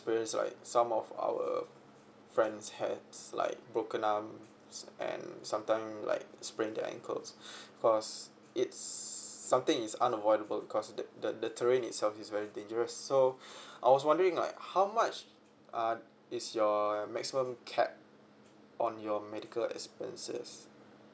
experience right some of our friends has like broken arms and sometime likes sprain their ankles cause it's something is unavoidable because the the the terrain itself is very dangerous so I was wondering like how much uh is your maximum cap on your medical expenses